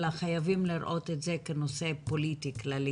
אלא חייבים לראות את זה כנושא פוליטי כללי